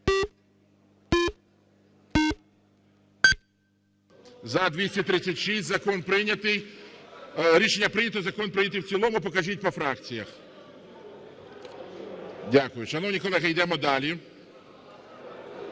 За-236 Закон прийнятий. Рішення прийнято. Закон прийнятий в цілому. Покажіть по фракціях. Дякую. Шановні колеги, йдемо далі.